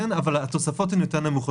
כן, אבל התוספות הן יותר נמוכות.